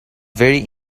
very